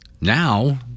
Now